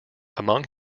among